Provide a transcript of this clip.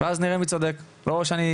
ואז נראה מי צודק או שאני.